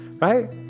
Right